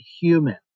human